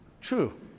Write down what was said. True